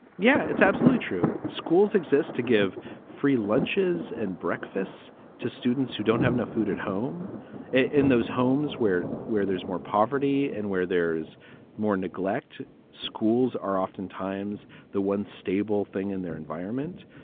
yeah, it's absolutely true schools exist to give free lunches and breakfasts to students who don't have enough food at home in those homes where where there's more poverty and where there's more neglect. schools are oftentimes the one stable thing in their environment.